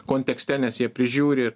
kontekste nes jie prižiūri